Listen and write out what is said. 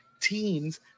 teens